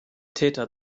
täter